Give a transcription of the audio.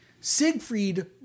Siegfried